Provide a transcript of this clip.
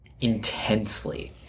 Intensely